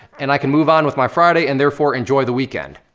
and i can move on with my friday, and therefore, enjoy the weekend.